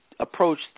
Approach